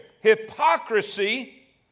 hypocrisy